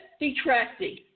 detracting